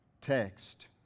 text